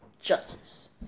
justice